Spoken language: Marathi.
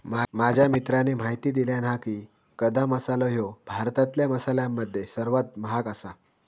माझ्या मित्राने म्हायती दिल्यानं हा की, गदा मसालो ह्यो भारतातल्या मसाल्यांमध्ये सर्वात महाग आसा